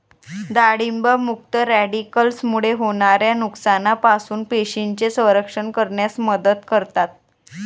डाळिंब मुक्त रॅडिकल्समुळे होणाऱ्या नुकसानापासून पेशींचे संरक्षण करण्यास मदत करतात